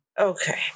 Okay